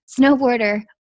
Snowboarder